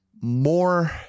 more